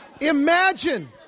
Imagine